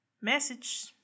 Message